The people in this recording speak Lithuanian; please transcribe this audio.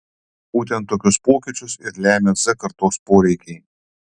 būtent tokius pokyčius ir lemia z kartos poreikiai